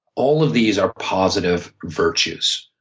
all of these are positive virtues.